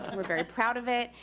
and we're very proud of it.